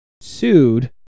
sued